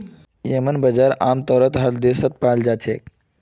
येम्मन बजार आमतौर पर हर एक देशत पाल जा छे